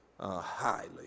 highly